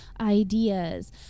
ideas